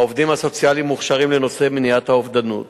העובדים הסוציאליים מוכשרים לנושא מניעת האובדנות.